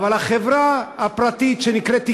אבל החברה הפרטית שנקראת "איקאה"